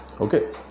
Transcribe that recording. Okay